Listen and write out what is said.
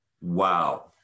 wow